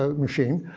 ah machine.